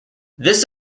this